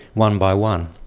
one by one.